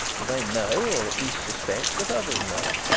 he may know, or at least suspect, that others know.